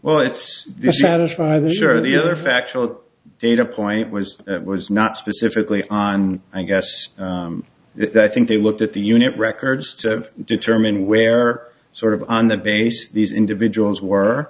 satisfied sure the other factual data point was that was not specifically on i guess they think they looked at the unit records to determine where sort of on the base these individuals were